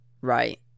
right